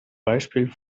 beispiel